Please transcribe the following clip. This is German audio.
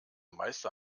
meister